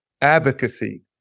advocacy